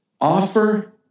Offer